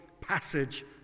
passage